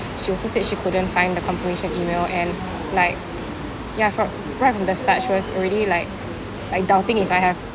she also said she couldn't find the confirmation email and like ya fro~ right from the start she was already like like doubting if I have